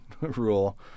rule